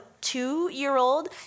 two-year-old